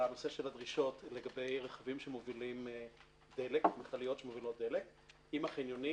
הנושא של הדרישות לגבי מכליות שמובילות דלק מבחינת החניונים